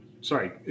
sorry